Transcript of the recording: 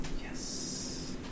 Yes